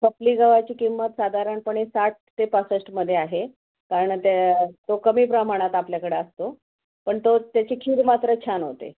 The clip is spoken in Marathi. खपली गवाची किंमत साधारणपणे साठ ते पासष्टमध्ये आहे कारण त्या तो कमी प्रमाणात आपल्याकडे असतो पण तो त्याची खीर मात्र छान होते